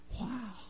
Wow